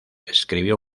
escribió